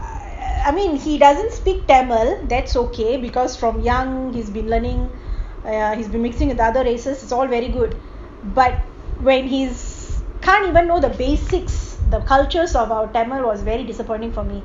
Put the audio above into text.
I mean he doesn't speak tamil that's okay because from young he's been learning ya he's been mixing with other races is all very good but when he's can't even know the basics the cultures of our tamil was very disappointing for me